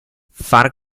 far